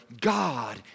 God